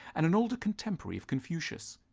and an older contemporary of confucius.